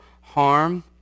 Harm